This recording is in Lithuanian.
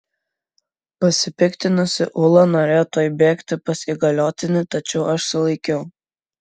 pasipiktinusi ula norėjo tuoj bėgti pas įgaliotinį tačiau aš sulaikiau